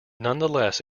nonetheless